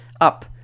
up